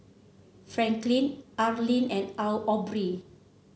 Franklin Arlyne and Aubree